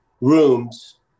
rooms